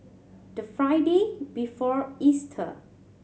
the Friday before Easter